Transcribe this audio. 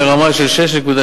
לרמה של 6.6%,